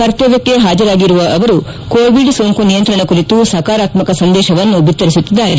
ಕರ್ತವ್ಲಕ್ಕೆ ಹಾಜರಾಗಿರುವ ಅವರು ಕೋವಿಡ್ ಸೋಂಕು ನಿಯಂತ್ರಣ ಕುರಿತು ಸಕಾರಾತ್ಮಕ ಸಂದೇಶವನ್ನು ಬಿತ್ತರಿಸುತ್ತಿದ್ದಾರೆ